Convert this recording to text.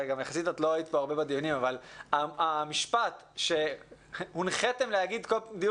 וגם יחסית לא היית כאן הרבה בדיונים אבל המשפט שהונחיתם לומר כל דיון